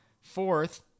Fourth